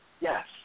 yes